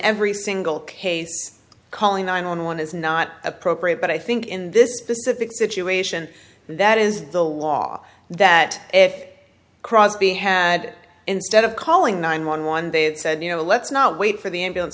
every single case calling nine one one is not appropriate but i think in this specific situation that is the law that if crosby had instead of calling nine one one they said you know let's not wait for the ambulance